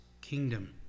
kingdom